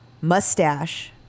Mustache